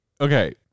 Okay